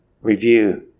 review